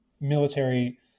military